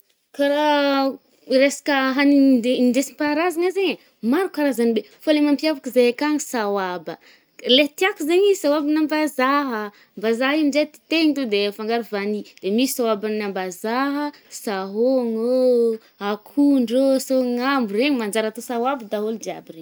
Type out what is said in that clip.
kà raha iresaka haninde-ndesimpaharazagna zayye, maro karazany be. Fô le mampiavaka zaey akagny saoaba. Le tiàko zaigny saoabanam-bàzaha, mbàzaha igny ndre titehina to de afangaro vanille. De misy saoaban’ny ambazaha ah, sahogno ô, akondro ô, sônambo, regny manjary atao saoaba daôly jiaby regny.